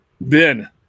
Ben